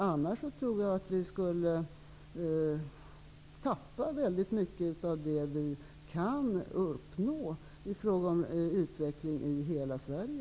Annars tror jag att vi skulle tappa mycket av det vi kan uppnå i fråga om utveckling i hela Sverige.